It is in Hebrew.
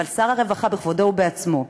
אבל שר הרווחה בכבודו ובעצמו,